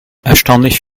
erstaunlich